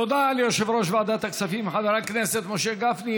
תודה ליושב-ראש ועדת הכספים חבר הכנסת משה גפני.